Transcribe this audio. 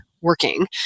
working